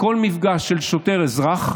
בכל מפגש של שוטר אזרח,